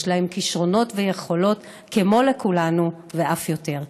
ויש להם כישרונות ויכולות כמו לכולנו ואף יותר.